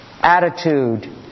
attitude